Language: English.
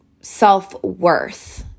self-worth